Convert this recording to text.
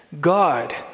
God